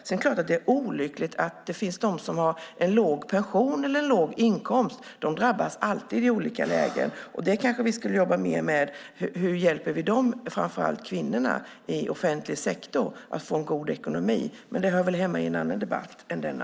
Det är klart att det är olyckligt att de som har låg pension eller låg inkomst alltid drabbas i olika lägen. Vi kanske borde jobba mer med hur vi ska hjälpa dem, framför allt kvinnorna i offentlig sektor, att få en god ekonomi. Men det hör hemma i en annan debatt än denna.